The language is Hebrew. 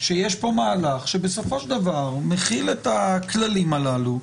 שיש פה מהלך שבסופו של דבר מחיל את הכללים הללו,